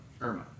irma